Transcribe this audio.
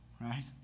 right